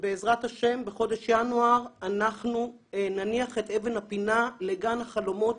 ובעזרת השם בחודש ינואר אנחנו נניח את אבן הפינה לגן החלומות